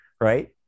right